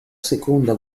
seconda